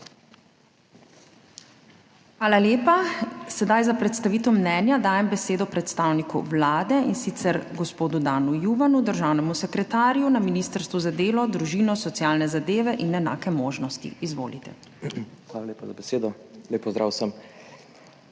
Hvala lepa. Sedaj za predstavitev mnenja dajem besedo predstavniku Vlade, in sicer gospodu Danu Juvanu, državnemu sekretarju na Ministrstvu za delo, družino, socialne zadeve in enake možnosti. Izvolite. DAN JUVAN (državni